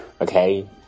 okay